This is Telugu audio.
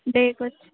డేకి వచ్చి